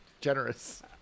Generous